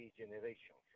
generation